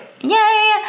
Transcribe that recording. Yay